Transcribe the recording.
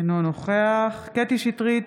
אינו נוכח קטי קטרין שטרית,